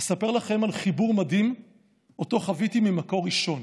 אספר לכם על חיבור מדהים שאותו חוויתי ממקור ראשון.